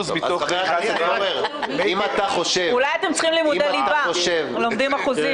מתוך 11,000. אולי אתם צריכים לימודי ליבה כדי ללמוד אחוזים.